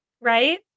right